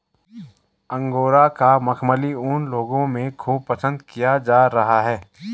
angora का मखमली ऊन लोगों में खूब पसंद किया जा रहा है